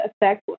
affect